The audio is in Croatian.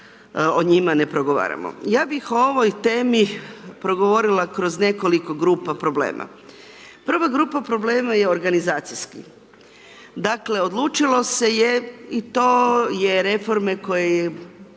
o njima ne progovaramo. Ja bih o ovoj temi progovorila kroz nekoliko grupa problema. Prva grupa problema je organizacijski, dakle odlučilo se je i to je reforme koje